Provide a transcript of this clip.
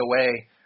away